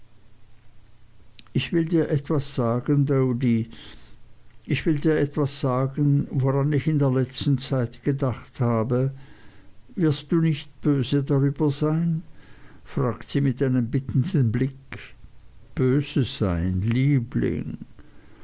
ich will dir etwas sagen doady ich will dir etwas sagen woran ich in der letzten zeit gedacht habe wirst du nicht böse darüber sein fragt sie mit einem bittenden blick böse sein liebling